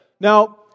Now